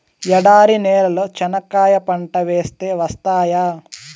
ఎడారి నేలలో చెనక్కాయ పంట వేస్తే వస్తాయా?